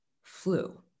Flu